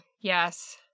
Yes